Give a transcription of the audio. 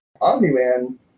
Omni-Man